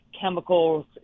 chemicals